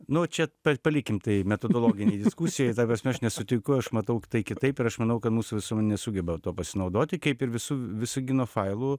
nu čia pa palikim tai metodologinei diskusijai ta prasme aš nesutinku aš matau kitaip ir aš manau kad mūsų visuomenė nesugeba tuo pasinaudoti kaip ir visu visagino failu